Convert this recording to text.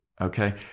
Okay